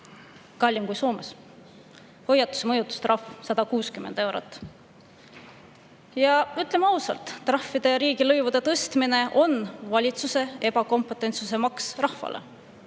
kallim kui Soomes, mõjutustrahv 160 eurot. Ütleme ausalt: trahvide ja riigilõivude tõstmine on valitsuse ebakompetentsuse maks rahvale.